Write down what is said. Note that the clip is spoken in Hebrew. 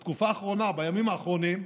בתקופה האחרונה, בימים האחרונים,